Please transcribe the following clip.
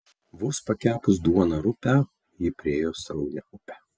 vos pakepus duoną rupią ji priėjo sraunią upę